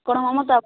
କ'ଣ ମମତା